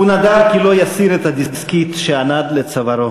הוא נדר שלא יסיר את הדסקית שענד לצווארו,